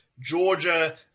Georgia